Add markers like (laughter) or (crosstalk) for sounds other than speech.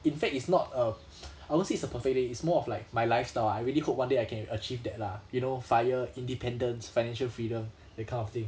in fact it's not a (breath) I won't say it's a perfect day it's more of like my lifestyle I really hope one day I can achieve that lah you know FIRE independence financial freedom (breath) that kind of thing